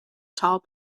tall